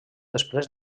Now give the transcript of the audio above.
després